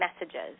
messages